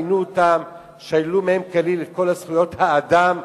עינו אותם ושללו מהם כליל את כל זכויות האדם,